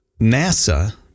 NASA